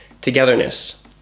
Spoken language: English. togetherness